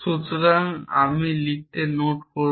সুতরাং আমি লিখতে নোট করব